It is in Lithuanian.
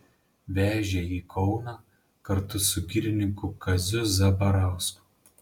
vežė į kauną kartu su girininku kaziu zabarausku